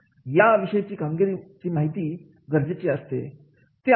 आहे या विषयाची कामगारांची माहिती गरजेची असते